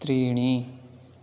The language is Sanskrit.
त्रीणि